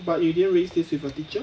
but you didn't raise this with a teacher